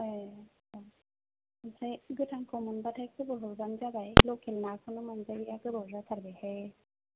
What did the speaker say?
ए आमफ्राय गोथांखौ मोनबाथाय खबर हरबानो जाबाय लकेल नाखौनो मोनजायैआ गोबाव जाथारबाय हाय